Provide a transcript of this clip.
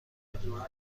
میدونم